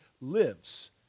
lives